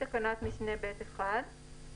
" (3) בתקנת משנה (ב4) במקום "תקנת משנה (ב3) (1)